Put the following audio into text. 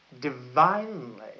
divinely